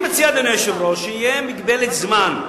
אני מציע, אדוני היושב-ראש, שתהיה מגבלת זמן.